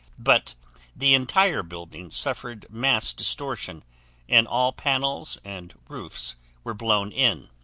but the entire buildings suffered mass distortion and all panels and roofs were blown in.